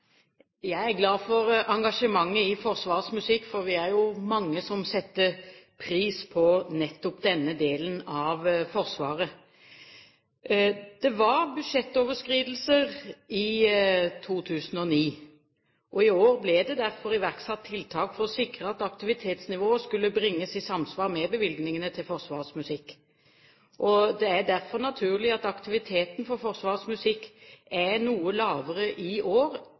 Jeg er glad for engasjementet i Forsvarets musikk, for vi er mange som setter pris på nettopp denne delen av Forsvaret. Det var budsjettoverskridelser i 2009, og i år ble det derfor iverksatt tiltak for å sikre at aktivitetsnivået skulle bringes i samsvar med bevilgningene til Forsvarets musikk. Det er derfor naturlig at aktiviteten for Forsvarets musikk er noe lavere i år